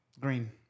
Green